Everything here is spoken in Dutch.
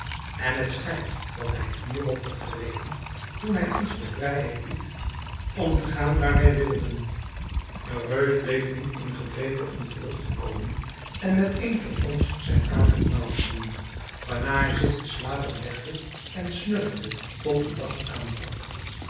en het schijnt dat hij hierop had gerekend toen hij ons de vrijheid liet om te gaan waar wij wilden de reus bleef niet in gebreke om terug te komen en met een van ons zijn avondmaal te doen waarna hij zich te slapen legde en snurkte tot de dag aanbrak